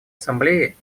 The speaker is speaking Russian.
ассамблеи